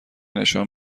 نشان